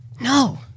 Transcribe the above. No